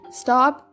stop